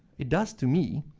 it does to me.